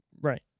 Right